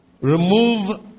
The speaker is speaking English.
Remove